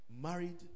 married